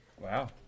Wow